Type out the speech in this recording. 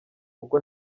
uko